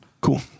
cool